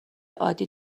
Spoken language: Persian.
عادی